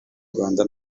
rwanda